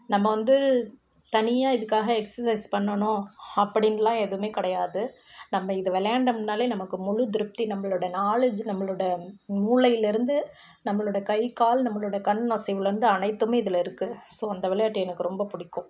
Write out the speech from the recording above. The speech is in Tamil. நம்ம வந்து தனியாக இதுக்காக எக்ஸஸைஸ் பண்ணணும் அப்படின்லாம் எதுவுமே கிடையாது நம்ம இதை விளையாண்டம்னாலே நமக்கு முழு திருப்தி நம்மளோட நாலேஜ்ஜு நம்மளோட மூளையிலிருந்து நம்மளோட கை கால் நம்மளோட கண் அசைவுலேருந்து அனைத்துமே இதில் இருக்குது ஸோ அந்த விளையாட்டு எனக்கு ரொம்ப பிடிக்கும்